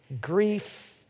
grief